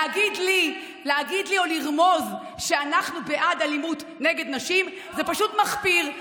להגיד לי או לרמוז שאנחנו בעד אלימות נגד נשים זה פשוט מחפיר.